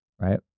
right